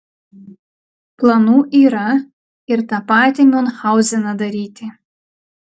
planų yra ir tą patį miunchauzeną daryti